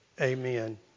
Amen